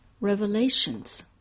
revelations